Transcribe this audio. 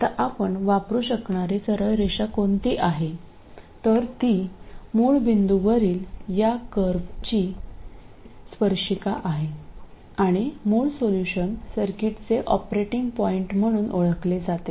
आता आपण वापरु शकणारी सरळ रेषा कोणती आहे तर ती मूळ बिंदूवरील या कर्वची स्पर्शिका आहे आणि मूळ सोल्यूशन सर्किटचे ऑपरेटिंग पॉईंट म्हणून ओळखले जाते